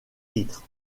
titres